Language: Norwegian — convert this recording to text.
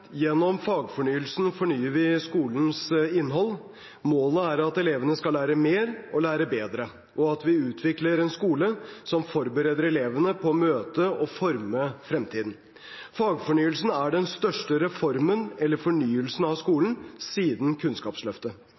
Gjennom fagfornyelsen fornyer vi skolens innhold. Målet er at elevene skal lære mer og lære bedre, og at vi utvikler en skole som forbereder elevene på å møte og forme fremtiden. Fagfornyelsen er den største reformen eller fornyelsen av skolen siden Kunnskapsløftet.